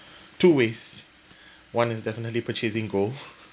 two ways one is definitely purchasing gold